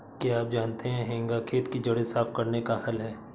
क्या आप जानते है हेंगा खेत की जड़ें साफ़ करने का हल है?